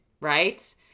right